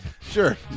Sure